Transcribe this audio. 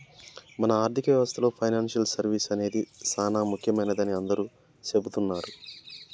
మన ఆర్థిక వ్యవస్థలో పెనాన్సియల్ సర్వీస్ అనేది సానా ముఖ్యమైనదని అందరూ సెబుతున్నారు